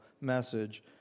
message